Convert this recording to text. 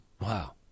Wow